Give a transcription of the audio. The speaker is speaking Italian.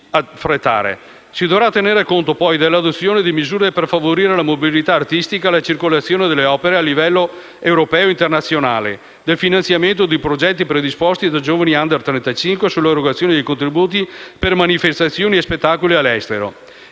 Si dovrà tenere conto poi dell'adozione di misure per favorire la mobilità artistica e la circolazione delle opere a livello europeo e internazionale, del finanziamento di progetti predisposti da giovani *under* 35, dell'erogazione di contributi per manifestazioni e spettacoli all'estero.